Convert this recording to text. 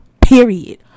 period